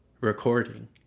recording